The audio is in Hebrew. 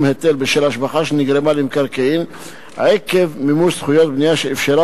היטל בשל השבחה שנגרמה למקרקעין עקב מימוש זכויות בנייה שאפשרה